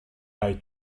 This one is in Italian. hai